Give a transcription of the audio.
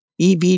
EV